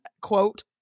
quote